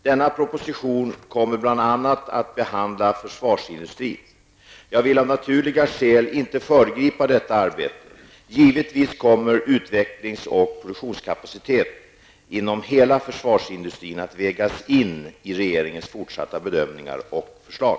Denna proposition kommer bl.a. att behandla försvarsindustrin. Jag vill av naturliga skäl inte föregripa detta arbete. Givetvis kommer utvecklings och produktionskapacitet inom hela försvarsindustrin att vägas in i regeringens fortsatta bedömningar och förslag.